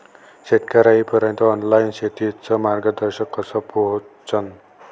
शेतकर्याइपर्यंत ऑनलाईन शेतीचं मार्गदर्शन कस पोहोचन?